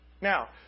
Now